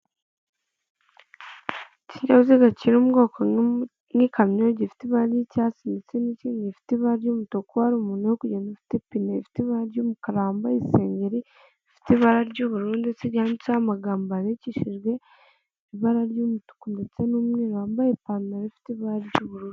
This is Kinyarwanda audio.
Ikinyabiziga kiri mu bwoko n'ikanyo gifite ibar ry'icyatsi, ndetse n'ikindi gifite ibara ry'umutuku, hari n'umuntu uri kugenda ufite ipine rifite ibara ry'umukara, wambaye isengeri y'ubururu ifiteho amagambo yandikishijwe ibara ry'umutuku ndetse n'umweru wambaye ipantaro ifite ibara ry'ubururu.